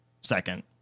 second